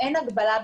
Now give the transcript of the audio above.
אין בכלל הגבלה.